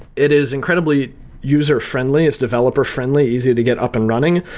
it is incredibly user-friendly, it's developer-friendly, easy to get up and running,